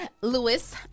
Lewis